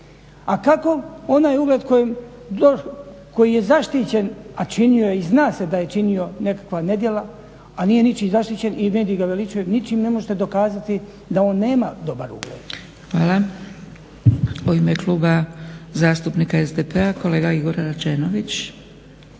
A kako onaj ugled koji je zaštićen a činio je i zna se da je činio nekakva nedjela, a nije ničiji zaštićen i mediji ga veličaju ničim ne možete dokazati da on nema dobar ugled. **Zgrebec, Dragica (SDP)** Hvala. U ime Kluba zastupnika SDP-a kolega Igor Rađenović.